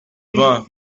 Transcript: vingt